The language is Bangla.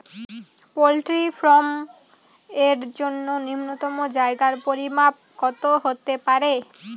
পোল্ট্রি ফার্ম এর জন্য নূন্যতম জায়গার পরিমাপ কত হতে পারে?